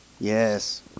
Yes